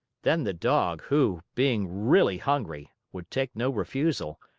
then the dog, who, being really hungry, would take no refusal,